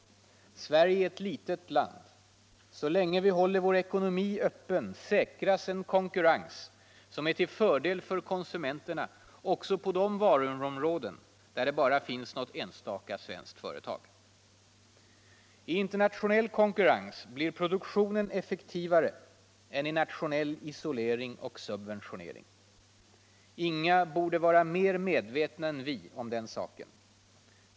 Sverige är ett litet land. Så länge vi håller vår ekonomi öppen säkras en konkurrens som är till fördel för konsumenterna också på de varuområden, där det bara finns något enstaka svenskt företag. I internationell konkurrens blir produktionen effektivare än i nationell isolering och subventionering. Inga borde vara mer medvetna än vi om den saken.